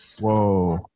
Whoa